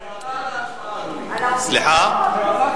יש לי הערה להצבעה, אדוני.